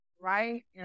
right